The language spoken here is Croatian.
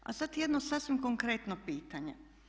A sada jedno sasvim konkretno pitanje.